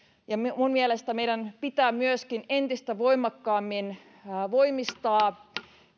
ja minun mielestäni meidän pitää myöskin entistä voimakkaammin voimistaa